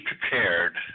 prepared